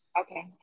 Okay